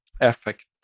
effect